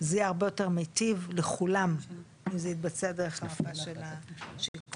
זה יהיה הרבה יותר מיטיב לכולם אם זה יתבצע בהחלפה של השיכון.